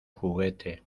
juguete